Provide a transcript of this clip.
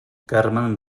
cartman